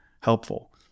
helpful